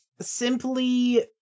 Simply